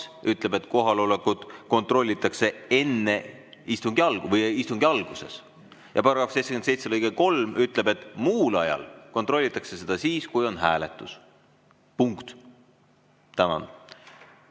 ütleb, et kohalolekut kontrollitakse istungi alguses. Ja § 77 lõige 3 ütleb, et muul ajal kontrollitakse seda siis, kui on hääletus. Punkt. Tänan!